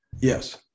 yes